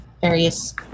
various